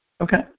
Okay